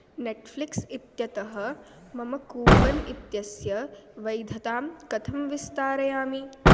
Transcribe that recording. Netflix इत्यतः मम coupon इत्यस्य वैधतां कथं विस्तारयामि